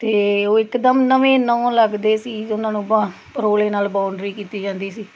ਅਤੇ ਉਹ ਇਕਦਮ ਨਵੇਂ ਨੌ ਲੱਗਦੇ ਸੀ ਉਹਨਾਂ ਨੂੰ ਬ ਪਰੋਲੇ ਨਾਲ ਬਾਉਂਡਰੀ ਕੀਤੀ ਜਾਂਦੀ ਸੀ